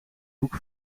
hoek